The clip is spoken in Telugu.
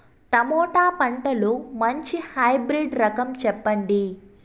టమోటా పంటలో మంచి హైబ్రిడ్ రకం చెప్పండి?